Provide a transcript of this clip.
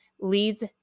leads